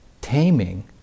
taming